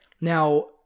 Now